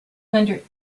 hundred